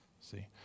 See